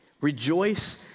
Rejoice